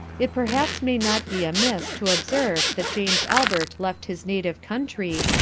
it perhaps may not be amiss to observe that james albert left his native country,